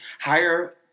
hire